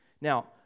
Now